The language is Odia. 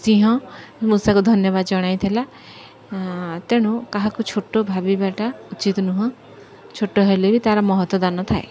ସିଂହ ମୂଷାକୁ ଧନ୍ୟବାଦ ଜଣାଇଥିଲା ତେଣୁ କାହାକୁ ଛୋଟ ଭାବିବାଟା ଉଚିତ ନୁହଁ ଛୋଟ ହେଲେ ବି ତା'ର ମହତ ଦାନ ଥାଏ